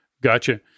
Gotcha